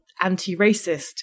anti-racist